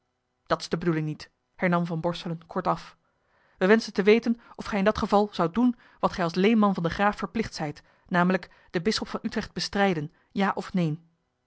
dat is de bedoeling niet hernam van borselen kortaf wij wenschen te weten of gij in dat geval zoudt doen wat gij als leenman van den graaf verplicht zijt namelijk den bisschop van utrecht bestrijden ja of neen